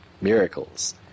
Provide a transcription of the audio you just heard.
miracles